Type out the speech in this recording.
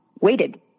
waited